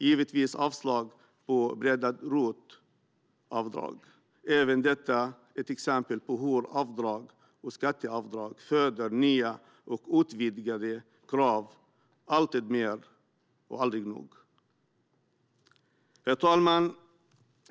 Givetvis yrkar jag avslag på motionen om breddat ROT-avdrag. Även detta är ett exempel på hur avdrag och skatteavdrag föder nya och utvidgade krav - alltid mer och aldrig nog! Herr ålderspresident!